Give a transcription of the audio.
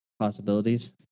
possibilities